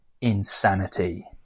insanity